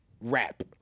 rap